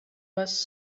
was